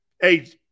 Hey